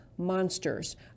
Monsters